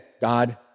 God